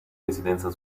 residenza